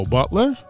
Butler